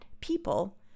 people